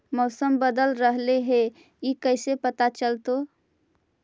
मौसम बदल रहले हे इ कैसे पता चलतै?